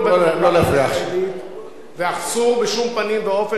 ואסור בשום פנים ואופן שאנחנו אפילו נהרהר בכיוון הזה.